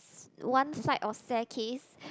s~ one flight of staircase